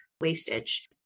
wastage